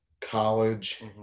college